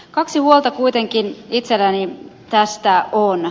kaksi huolta kuitenkin itselläni tästä on